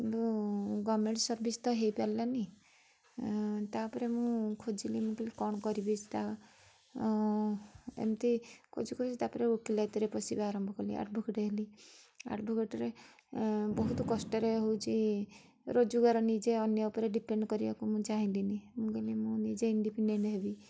ମୁଁ government service ତ ହୋଇପାରିଲାନି ତାପରେ ମୁଁ ଖୋଜିଲି ମୁଁ କହିଲି କ'ଣ କରିବି ତା ଏମିତି ଖୋଜୁ ଖୋଜୁ ତାପରେ ଓକିଲାତିରେ ପଶିବା ଆରମ୍ଭ କଲି ଆଡ଼ଭୋକେଟ ହେଲି ଆଡ଼ଭୋକେଟରେ ବହୁତ କଷ୍ଟରେ ହେଉଛି ରୋଜଗାର ନିଜେ ଅନ୍ୟ ଉପରେ ଡ଼ିପେଣ୍ଡ କରିବା କୁ ମୁଁ ଚାହିଁଲିନି ମୁଁ କହିଲି ମୁଁ ନିଜେ ଇଣ୍ଡିପେନଡ଼େଣ୍ଟ ହେବି